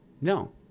No